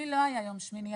לי לא היה יום שמיני.